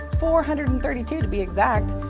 four hundred and thirty two to be exact.